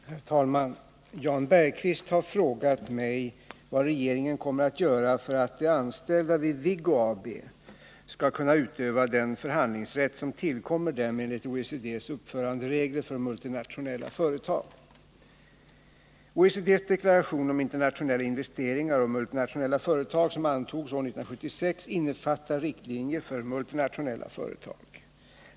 Herr talman! Jan Bergqvist har frågat mig vad regeringen kommer att göra för att de anställda vid Viggo AB skall kunna utöva den förhandlingsrätt som tillkommer dem enligt OECD:s uppföranderegler för multinationella företag. OECD:s deklaration om internationella investeringar och multinationella företag, som antogs år 1976, innefattar riktlinjer för multinationella företag.